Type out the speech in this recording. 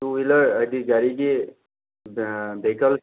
two wheeler ꯍꯥꯏꯗꯤ ꯒꯥꯔꯤꯒꯤ vehicles